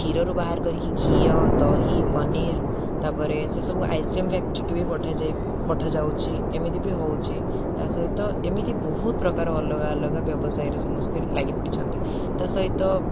କ୍ଷୀରରୁ ବାହାର କରିକି ଘିଅ ଦହି ପନିର ତାପରେ ସେସବୁ ଆଇସ୍କ୍ରିମ ଫ୍ୟାକ୍ଟ୍ରକୁ ବି ପଠାଯାଉଛି ଏମିତିବି ହେଉଛି ତା ସହିତ ଏମିତି ବହୁତ ପ୍ରକାର ଅଲଗା ଅଲଗା ବ୍ୟବସାୟରେ ସମସ୍ତେ ଲାଗି ପଡ଼ିଛନ୍ତି ତା ସହିତ